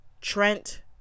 Trent